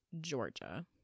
Georgia